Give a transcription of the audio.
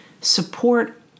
support